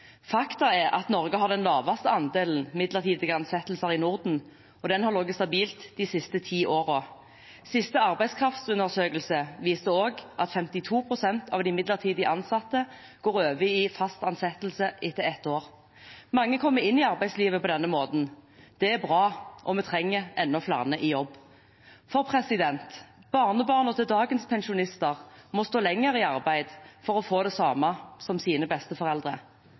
er at Norge har den laveste andelen midlertidige ansettelser i Norden, og den har ligget stabilt de siste ti årene. Siste arbeidskraftundersøkelse viste at 52 pst. av de midlertidig ansatte går over i fast ansettelse etter ett år. Mange kommer inn i arbeidslivet på denne måten. Det er bra, og vi trenger enda flere i jobb. Barnebarna til dagens pensjonister må stå lenger i arbeid for å få det samme som sine